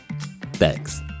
Thanks